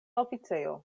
oficejo